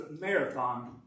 marathon